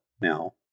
now